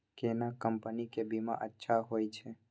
केना कंपनी के बीमा अच्छा होय छै?